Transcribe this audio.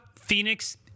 Phoenix